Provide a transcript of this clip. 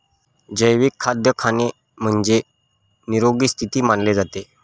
जैविक खाद्य खाणे म्हणजे, निरोगी स्थिती मानले जाते